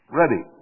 ready